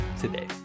today